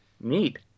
neat